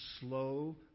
slow